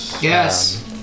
yes